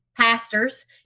pastors